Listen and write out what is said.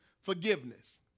forgiveness